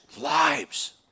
lives